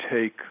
take